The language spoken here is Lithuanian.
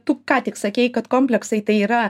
tu ką tik sakei kad kompleksai tai yra